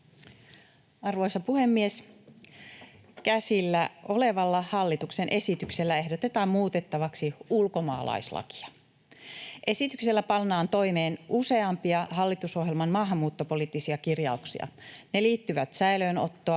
Arvoisa puhemies! Käsillä olevalla hallituksen esityksellä ehdotetaan muutettavaksi ulkomaalaislakia. Esityksellä pannaan toimeen useampia hallitusohjelman maahanmuuttopoliittisia kirjauksia. Ne liittyvät säilöönottoa